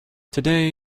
today